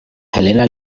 helena